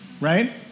Right